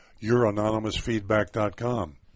youranonymousfeedback.com